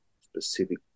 specific